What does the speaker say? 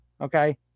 Okay